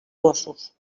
gossos